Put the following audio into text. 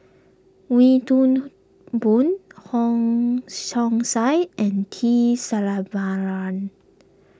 Wee Toon Boon Wong Chong Sai and T Sasitharan